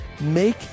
Make